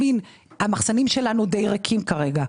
המחסנים שלנו די ריקים כרגע.